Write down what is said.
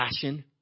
Passion